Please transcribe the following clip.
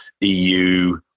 EU